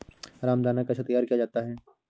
रामदाना कैसे तैयार किया जाता है?